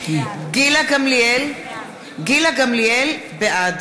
(קוראת בשם חברת הכנסת) גילה גמליאל, בעד